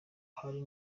hari